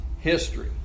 history